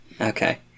Okay